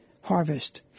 harvest